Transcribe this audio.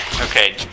Okay